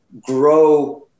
grow